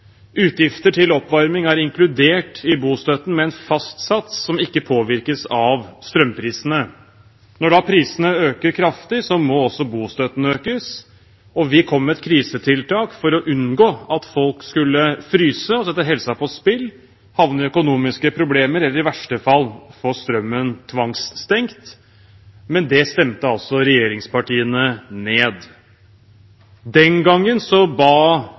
Utgifter til oppvarming er inkludert i bostøtten med en fast sats som ikke påvirkes av strømprisene. Når da prisene øker kraftig, må også bostøtten økes, og vi kom med et krisetiltak for å unngå at folk skulle fryse og sette helsa på spill, havne i økonomiske problemer, eller i verste fall få strømmen tvangsstengt. Men det stemte altså regjeringspartiene ned. Den gangen ba